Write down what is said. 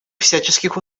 всяческих